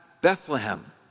Bethlehem